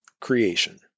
creation